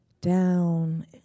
down